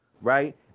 right